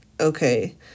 Okay